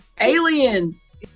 Aliens